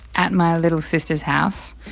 at my little sister's house